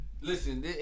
Listen